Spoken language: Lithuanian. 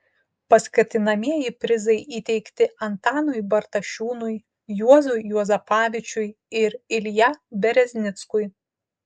paskatinamieji prizai įteikti antanui bartašiūnui juozui juozapavičiui ir ilja bereznickui